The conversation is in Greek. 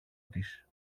της